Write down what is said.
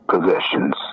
possessions